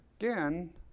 again